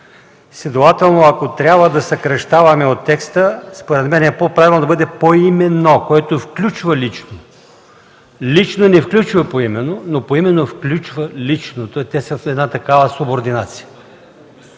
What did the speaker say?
Следователно, ако трябва да съкращаваме от текста, според мен е по-правилно да бъде „поименно”, което включва „лично”. „Лично” не включва „поименно”, но „поименно” включва „личното”. Те са в една такава субординация.